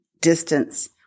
distance